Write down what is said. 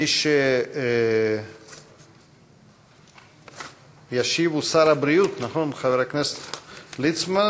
מי שישיב הוא שר הבריאות חבר הכנסת ליצמן.